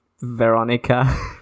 Veronica